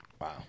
Wow